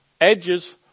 edges